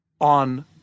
on